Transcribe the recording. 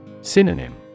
Synonym